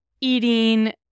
eating